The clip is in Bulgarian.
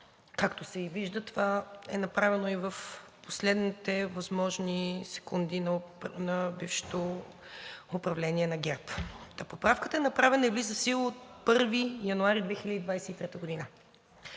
Както се и вижда, това е направено в последните възможни секунди на бившето управление на ГЕРБ. Поправката е направена и влиза в сила от 1 януари 2023 г.